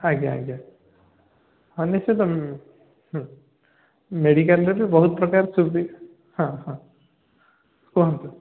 ଆଜ୍ଞା ଆଜ୍ଞା ହଁ ନିଶ୍ଚିତ ମେଡ଼ିକାଲ୍ରେ ବି ବହୁତ ପ୍ରକାର ସୁବି ହଁ ହଁ କୁହନ୍ତୁ